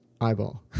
eyeball